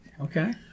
Okay